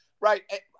right